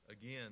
Again